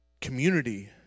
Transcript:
Community